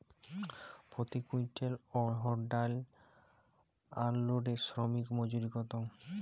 প্রতি কুইন্টল অড়হর ডাল আনলোডে শ্রমিক মজুরি কত?